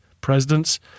presidents